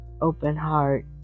open-heart